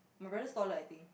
your brother's taller I think